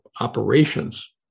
operations